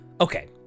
Okay